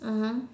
mmhmm